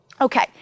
Okay